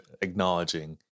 acknowledging